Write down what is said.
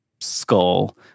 Skull